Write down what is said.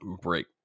break